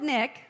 Nick